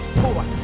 poor